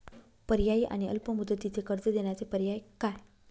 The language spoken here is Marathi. पर्यायी आणि अल्प मुदतीचे कर्ज देण्याचे पर्याय काय?